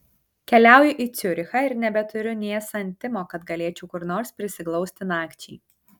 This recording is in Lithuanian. keliauju į ciurichą ir nebeturiu nė santimo kad galėčiau kur nors prisiglausti nakčiai